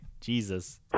Jesus